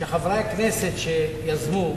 שחברי הכנסת שיזמו,